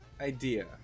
Idea